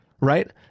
Right